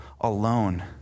alone